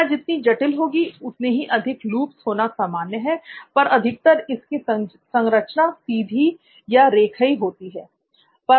क्रिया जितनी जटिल होगी उतने ही अधिक लूप्स होना सामान्य है पर अधिकतर इसकी संरचना सीधी या रेखीय होती है